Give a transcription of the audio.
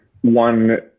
one